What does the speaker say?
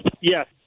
Yes